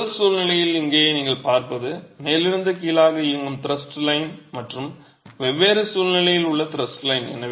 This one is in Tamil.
முதல் சூழ்நிலையில் இங்கே நீங்கள் பார்ப்பது மேலிருந்து கீழாக இயங்கும் த்ரஸ்ட் லைன் மற்றும் வெவ்வேறு சூழ்நிலையில் உள்ள த்ரஸ்ட் லைன்